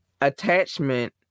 attachment